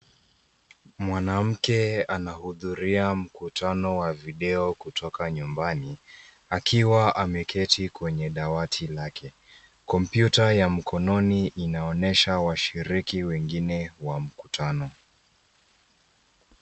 Mwanamke anahudhuria mkutano wa video kutoka nyumbani akiwa ameketi kwenye dawati lake kompyuta ya mkononi inaonyesha washiriki wengine wa mkutano.